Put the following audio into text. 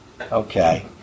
Okay